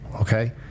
Okay